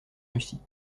russie